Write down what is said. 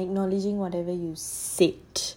acknowledging whatever you said